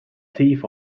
thief